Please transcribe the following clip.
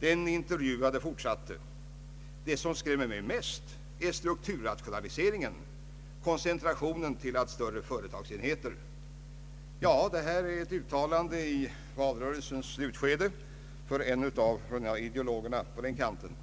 Den intervjuade fortsatte: ”Det som skrämmer mig mest är ”strukturrationaliseringen”, koncentrationen till allt större företagsenheter.” Detta är ett uttalande i valrörelsens slutskede från en av de unga ideologerna på den kanten.